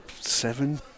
seven